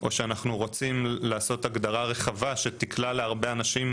או שאנחנו רוצים לעשות הגדרה רחבה שתקלע להרבה אנשים,